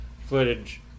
footage